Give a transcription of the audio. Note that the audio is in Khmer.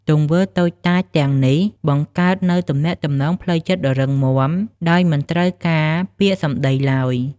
ទង្វើតូចតាចទាំងនេះបង្កើតនូវទំនាក់ទំនងផ្លូវចិត្តដ៏រឹងមាំ ដោយមិនត្រូវការពាក្យសម្ដីឡើយ។